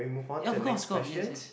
ya of course course yes yes